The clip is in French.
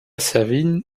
savine